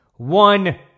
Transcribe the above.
One